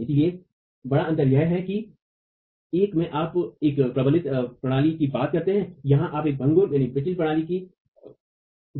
इसलिए बड़ा अंतर यह है कि एक में आप एक प्रबलित प्रणाली की बात कर रहे हैं यहाँ आप एक भंगुर प्रणाली की